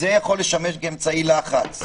זה יכול לשמש כאמצעי לחץ.